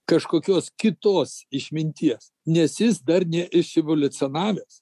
kažkokios kitos išminties nes jis dar ne išsievoliucionavęs